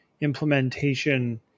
Implementation